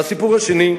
והסיפור השני,